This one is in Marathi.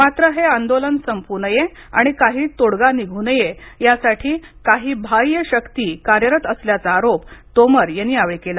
मात्र हे आंदोलन संपू नये आणि आणि तोडगा निघू नये यासाठी काही बाह्य शक्ती कार्यरत असल्याचा आरोप तोमर यांनी यावेळी केला